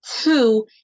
Two